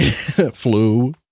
flu